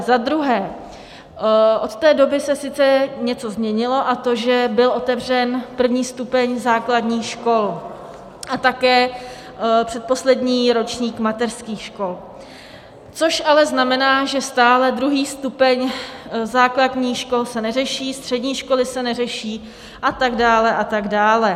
Za druhé, od té doby se sice něco změnilo, a to, že byl otevřen první stupeň základních škol a také předposlední ročník mateřských škol, což ale znamená, že stále druhý stupeň základních škol se neřeší, střední školy se neřeší a tak dále a tak dále.